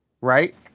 right